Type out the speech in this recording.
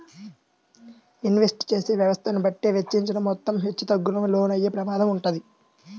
invest చేసే వ్యవస్థను బట్టే వెచ్చించిన మొత్తం హెచ్చుతగ్గులకు లోనయ్యే ప్రమాదం వుంటది